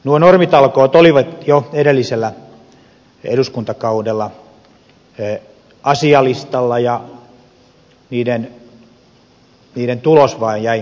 nuo normitalkoot olivat jo edellisellä eduskuntakaudella asialistalla niiden tulos vaan jäi vaatimattomaksi